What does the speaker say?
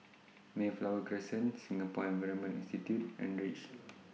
Mayflower Crescent Singapore Environment Institute and REACH